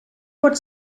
pot